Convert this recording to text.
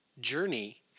journey